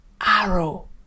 arrow